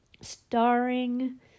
starring